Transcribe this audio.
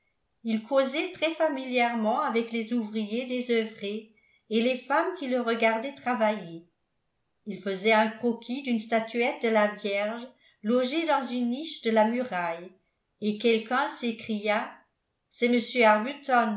il causait très familièrement avec les ouvriers désœuvrés et les femmes qui le regardaient travailler il faisait un croquis d'une statuette de la vierge logée dans une niche de la muraille et quelqu'un sécria cest